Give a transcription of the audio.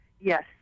yes